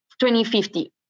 2050